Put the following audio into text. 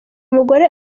mugore